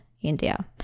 India